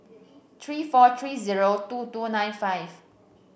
three four three zero two two nine five